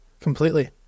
completely